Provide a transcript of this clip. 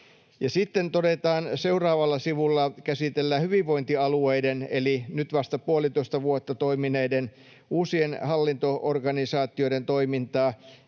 Sitten seuraavalla sivulla käsitellään hyvinvointialueiden, eli nyt vasta puolitoista vuotta toimineiden uusien hallinto-organisaatioiden, toimintaa.